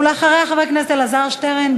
אחריה, חבר הכנסת אלעזר שטרן.